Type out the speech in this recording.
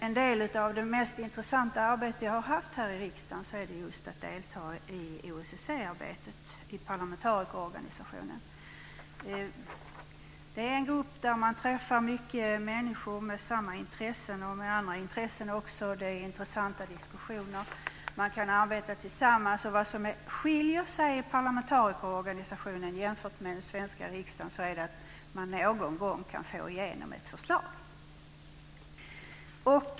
En del av det mest intressanta arbete jag har haft här i riksdagen är just att delta i OSSE arbetet i parlamentarikerorganisationen. Det är en grupp där man träffar många människor med samma intressen och också med andra intressen. Det är intressanta diskussioner. Man kan arbeta tillsammans. Vad som skiljer parlamentarikerorganisationen från den svenska riksdagen är att man någon gång kan få igenom ett förslag.